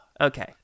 Okay